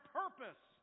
purpose